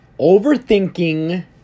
overthinking